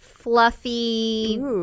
Fluffy